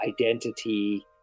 identity